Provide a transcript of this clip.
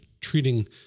treating